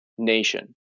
Nation